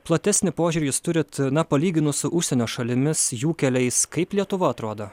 platesnį požiūrį jūs turit na palyginus su užsienio šalimis jų keliais kaip lietuva atrodo